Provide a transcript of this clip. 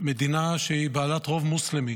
מדינה שהיא בעלת רוב מוסלמי,